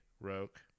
Roke